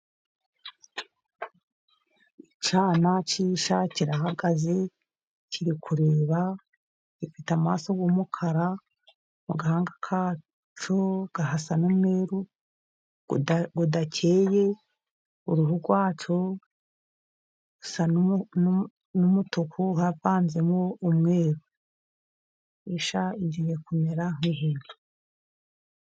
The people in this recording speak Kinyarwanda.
Icyana cy'ishya kirahagaze, kiri kureba. Gifite amaso y'umukara, mu gahanga kacyo hasa n'umweru udakeye, uruhu rwacyo ni umutuku havanzemo umweru. Ishya igiye kumera nk'ihene.